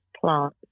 plant